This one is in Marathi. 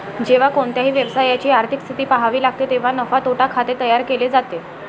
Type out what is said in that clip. जेव्हा कोणत्याही व्यवसायाची आर्थिक स्थिती पहावी लागते तेव्हा नफा तोटा खाते तयार केले जाते